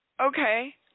Okay